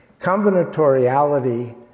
combinatoriality